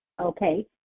Okay